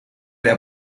era